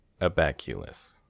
Abaculus